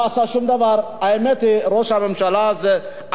האמת היא, ראש הממשלה הזה, אף אחד לא מאמין לו.